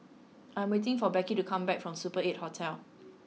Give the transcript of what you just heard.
I am waiting for Beckie to come back from Super eight Hotel